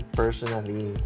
personally